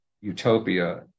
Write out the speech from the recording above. utopia